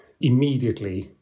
immediately